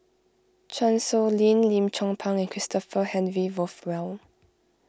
Chan Sow Lin Lim Chong Pang and Christopher Henry Rothwell